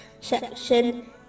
section